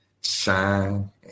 shine